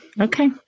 Okay